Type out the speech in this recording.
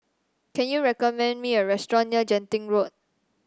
can you recommend me a restaurant near Genting Road